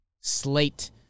slate